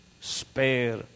spare